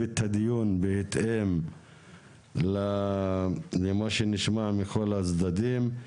את הדיון בהתאם למה שנשמע מכל הצדדים.